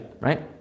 right